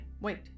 wait